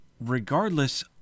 Regardless